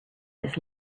his